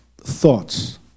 thoughts